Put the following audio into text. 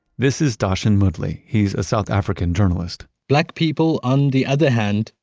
this is dhashen moodley. he's a south african journalist. black people, on the other hand,